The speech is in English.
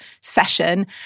session